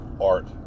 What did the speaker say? art